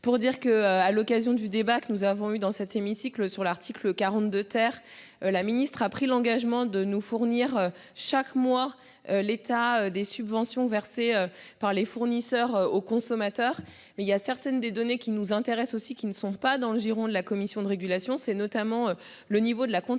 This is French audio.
pour dire que, à l'occasion du débat que nous avons eu dans cet hémicycle sur l'article 42 terre. La ministre a pris l'engagement de nous fournir chaque mois l'état des subventions versées par les fournisseurs aux consommateurs, mais il y a certaines des données qui nous intéresse aussi qui ne sont pas dans le giron de la Commission de régulation. C'est notamment le niveau de la contribution